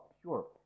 pure